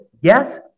yes